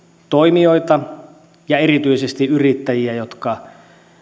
toimijoita ja erityisesti yrittäjiä jotka